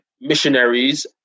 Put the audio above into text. missionaries